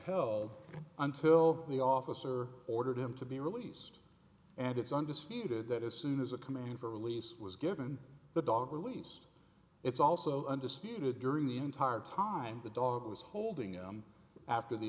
him until the officer ordered him to be released and it's undisputed that as soon as a command for release was given the dog released it's also undisputed during the entire time the dog was holding him after the